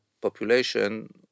population